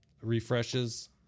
refreshes